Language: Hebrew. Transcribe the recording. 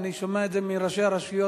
אני שומע את זה מראשי הרשויות,